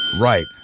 Right